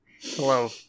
Hello